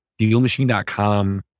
dealmachine.com